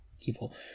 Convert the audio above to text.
evil